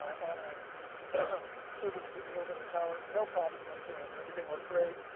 on our servers that were over in the tower. no problems whatsoever. everything worked great.